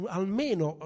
almeno